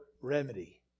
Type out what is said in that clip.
remedy